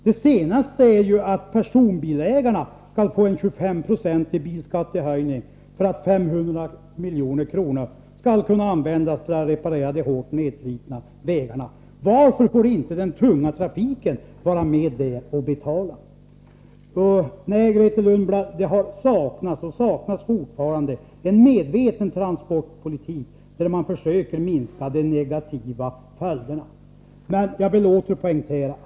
Det senaste är ju att personbilsägarna skall betala 25 96 mer i bilskatt för att man skall få in 500 milj.kr. att användas för reparation av de hårt nedslitna vägarna. Varför skall inte den tunga trafiken vara med och betala? Nej, Grethe Lundblad, det har saknats, och det saknas fortfarande, en medveten transportpolitik som syftar till en minskning av de negativa följderna av landsvägstransporterna.